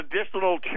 additional